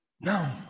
No